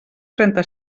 trenta